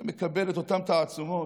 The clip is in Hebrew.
אתה מקבל את אותן תעצומות